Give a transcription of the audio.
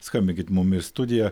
skambinkit mum į studiją